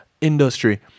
industry